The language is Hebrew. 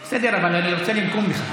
בסדר, אבל אני רוצה לנקום בך.